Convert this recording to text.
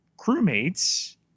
crewmates